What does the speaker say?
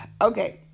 Okay